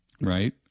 Right